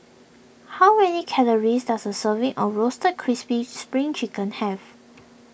how many calories does a serving of Roasted Crispy Spring Chicken have